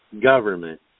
government